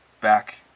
back